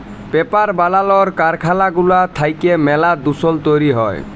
paper বালালর কারখালা গুলা থ্যাইকে ম্যালা দুষল তৈরি হ্যয়